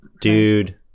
Dude